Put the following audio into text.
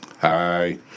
Hi